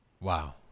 Wow